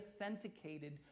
authenticated